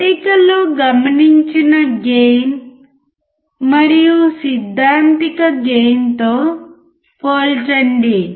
పట్టికలో గమనించిన గెయిన్ మరియు సిద్ధాంతిక గెయిన్తో పోల్చండి